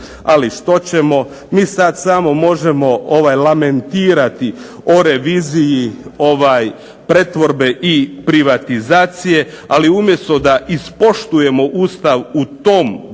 ali što ćemo, mi sad samo možemo ovaj lamentirati o reviziji pretvorbe i privatizacije, ali umjesto da ispoštujemo Ustav u tom dijelu